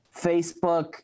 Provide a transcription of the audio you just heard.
facebook